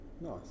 Nice